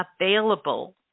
available